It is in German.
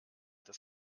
das